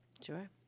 Sure